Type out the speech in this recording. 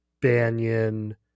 banyan